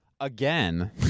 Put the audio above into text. Again